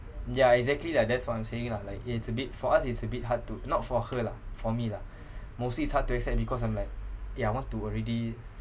ya exactly lah that's what I'm saying lah like it's a bit for us it's a bit hard to not for her lah for me lah mostly it's hard to accept because I'm like ya want to already